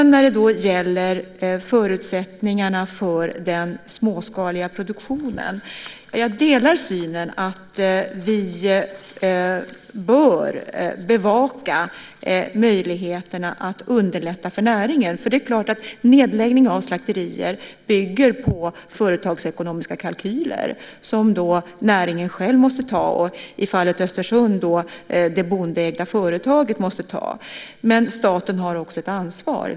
När det gäller förutsättningarna för den småskaliga produktionen så delar jag synen på att vi bör bevaka möjligheterna att underlätta för näringen. Det är klart att nedläggning av slakterier bygger på företagsekonomiska kalkyler som näringen själv måste göra. I fallet Östersund gäller det då det bondeägda företaget. Men staten har också ett ansvar.